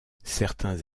certains